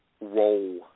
role